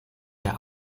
der